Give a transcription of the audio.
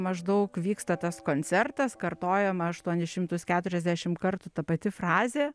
maždaug vyksta tas koncertas kartojama aštuonis šimtus keturiasdešim kartų ta pati frazė